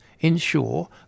ensure